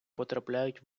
потрапляють